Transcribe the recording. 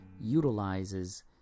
utilizes